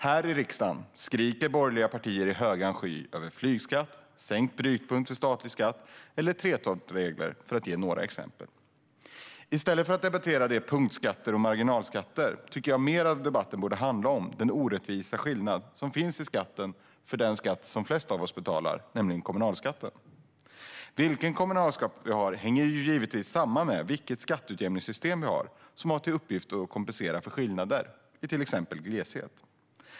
Här i riksdagen skriker borgerliga partier i högan sky över flygskatt, sänkt brytpunkt för statlig skatt eller 3:12-reglerna, för att ge några exempel. I stället för att debattera punktskatter och marginalskatter tycker jag att mer av debatten borde handla om den orättvisa skillnad som finns vad gäller den skatt som flest av oss betalar, nämligen kommunalskatten. Vilken kommunalskatt vi har hänger givetvis samman med skatteutjämningssystemet, som har till uppgift att kompensera för skillnader i till exempel gleshet.